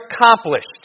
accomplished